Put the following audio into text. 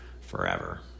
forever